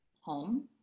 home